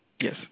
Yes